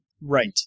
Right